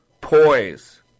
poise